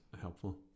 helpful